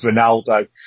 Ronaldo